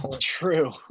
true